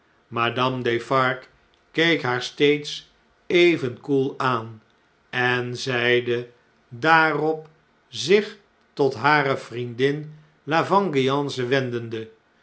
madame defarge keek haar steeds even koel aan en zeide daarop zich tot hare vriendin la vengeance wendende